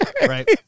Right